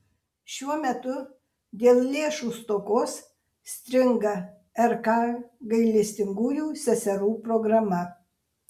šiuo metu dėl lėšų stokos stringa rk gailestingųjų seserų programa